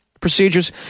procedures